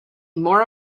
more